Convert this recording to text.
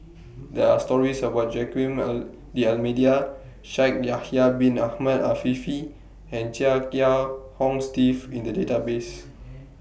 There Are stories about Joaquim D'almeida Shaikh Yahya Bin Ahmed Afifi and Chia Kiah Hong Steve in The Database